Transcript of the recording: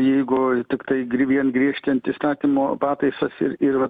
jeigu tiktai gri vien griežtint įstatymo pataisas ir ir va